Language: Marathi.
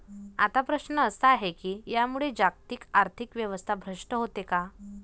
आता प्रश्न असा आहे की यामुळे जागतिक आर्थिक व्यवस्था भ्रष्ट होते का?